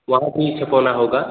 वहाँ भी छपवाना होगा